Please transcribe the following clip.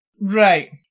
Right